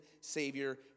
Savior